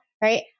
Right